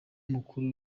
mukuru